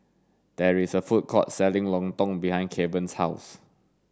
there is a food court selling lontong behind Kevan's house